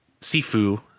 Sifu